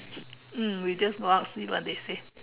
mm we just go out see what they say